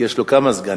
כי יש לו כמה סגנים.